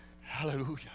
Hallelujah